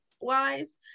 wise